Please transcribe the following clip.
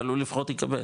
אבל הוא לפחות יקבל